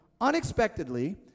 unexpectedly